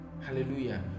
Hallelujah